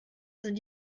sind